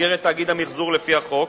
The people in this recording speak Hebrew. במסגרת תאגיד המיחזור לפי החוק,